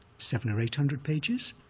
seven or eight hundred pages,